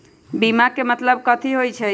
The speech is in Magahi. बीमा के मतलब कथी होई छई?